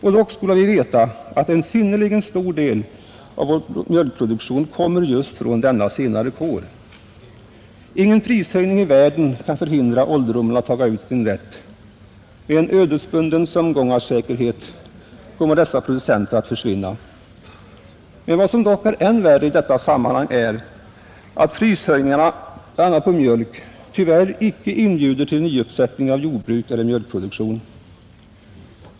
Och dock skall vi veta att en synnerligen stor del av vår mjölkproduktion kommer just från denna senare kår, Ingen prishöjning i världen kan förhindra ålderdomen att taga ut sin rätt. Med en ödesbunden säkerhet kommer dessa producenter att försvinna. Vad som dock är än värre i detta sammanhang är, att prishöjningarna bl. a, på mjölk tyvärr icke inbjuder till nyuppsättning av jordbruk eller startande av mjölkproduktion.